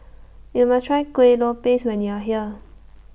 YOU must Try Kuih Lopes when YOU Are here